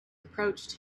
approached